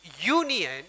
union